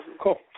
cool